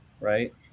right